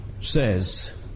says